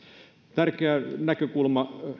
tärkeä näkökulma